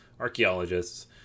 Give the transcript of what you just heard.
archaeologists